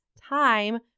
time